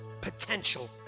potential